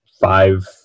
five